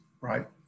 right